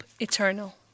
eternal